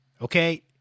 okay